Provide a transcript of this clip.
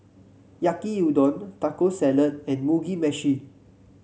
Yaki Udon Taco Salad and Mugi Meshi